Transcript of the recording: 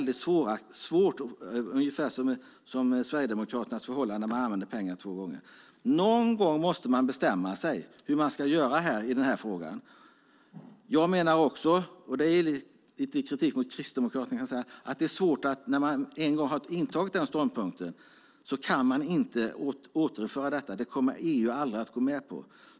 Det är lite som när Sverigedemokraterna använder pengar två gånger. Någon gång måste man bestämma sig för hur man ska göra i denna fråga. Har man en gång, och det är lite kritik mot Kristdemokraterna också, intagit denna ståndpunkt kan man inte återinföra gränserna. Det kommer EU aldrig att gå med på.